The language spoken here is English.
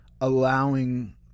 allowing